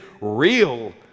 real